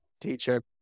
teacher